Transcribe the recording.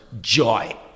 joy